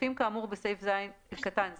כספים כאמור בסעיף קטן (ז)